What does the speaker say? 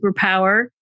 superpower